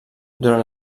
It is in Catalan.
durant